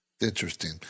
Interesting